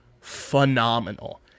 phenomenal